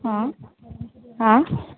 हांं हां